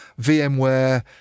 vmware